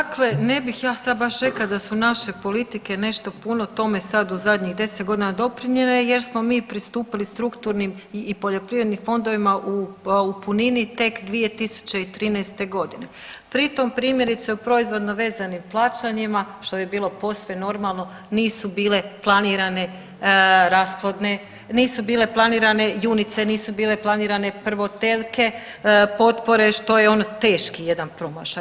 Pa dakle ne bih ja sad baš rekla da su naše politike nešto puno tome sad u zadnjih 10.g. doprinjele jer smo mi pristupili strukturnim i poljoprivrednim fondovima u punini tek 2013.g., pri tom primjerice u proizvodno vezanim plaćanjima, što bi bilo posve normalno nisu bile planirane rasplodne, nisu bile planirane junice, nisu bile planirane prvotelke, potpore, što je ono teški jedan promašaj.